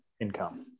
income